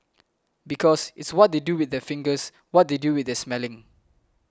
because it's what they do with their fingers what they do with their smelling